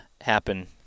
happen